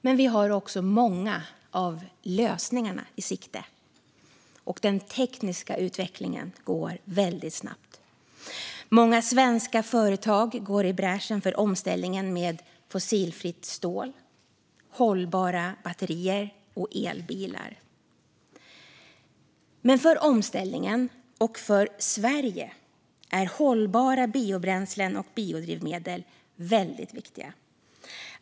Men vi har också många av lösningarna i sikte, och den tekniska utvecklingen går väldigt snabbt. Många svenska företag går i bräschen för omställningen med fossilfritt stål, hållbara batterier och elbilar. För omställningen och för Sverige är hållbara biobränslen och biodrivmedel väldigt viktiga.